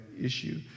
issue